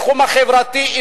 בתחום החברתי,